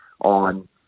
on